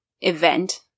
event